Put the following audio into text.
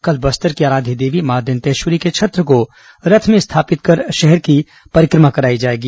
कल बस्तर की आराध्य देवी मां दंतेवश्वरी के छत्र को रथ में स्थापित कर शहर की परिक्रमा कराई जाएगी